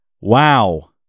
Wow